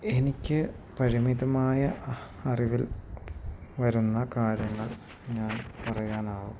എനിക്ക് പരിമിതമായ അറിവിൽ വരുന്ന കാര്യങ്ങൾ ഞാൻ പറയാനാകൂ